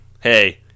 Hey